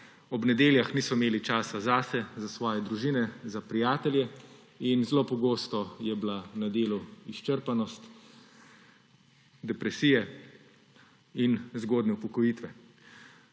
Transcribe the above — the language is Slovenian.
ob nedeljah niso imeli časa zase, za svoje družine, za prijatelje in zelo pogosto je bila na delu izčrpanost, depresije in zgodnje upokojitve.